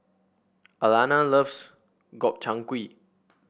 Alanna loves Gobchang Gui